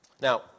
Now